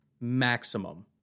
maximum